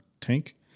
tank